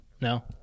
No